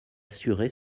assuré